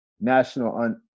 national